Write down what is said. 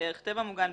בערך טבע מוגן,